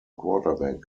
quarterback